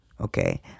okay